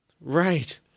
Right